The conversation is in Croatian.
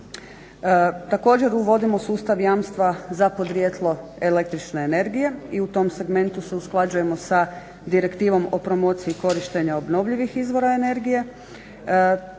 Također uvodimo sustav jamstva za podrijetlo električne energije i u tom segmentu se usklađujemo sa Direktivom o promociji korištenja obnovljivih izvora energije.